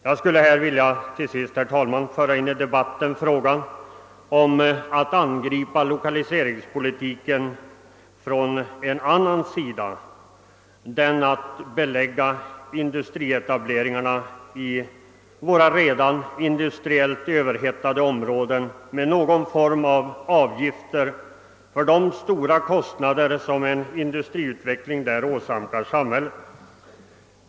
Jag vill till sist beröra lokaliseringspolitiken från en annan sida och säga några ord om tanken att belägga industrietableringarna i våra industriellt redan överhettade områden med någon form av avgifter för att täcka en del av de stora kostnader som en industriutveckling där åsamkar samhället.